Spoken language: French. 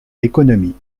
l’économie